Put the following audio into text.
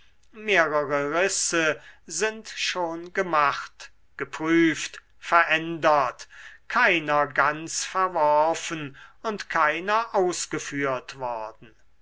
sind schon gemacht geprüft verändert keiner ganz verworfen und keiner ausgeführt worden